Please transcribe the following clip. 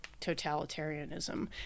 totalitarianism